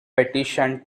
petitioned